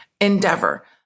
endeavor